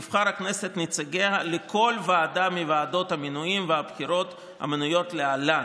תבחר הכנסת את נציגיה לכל ועדה מוועדות המינויים והבחירה המנויות להלן"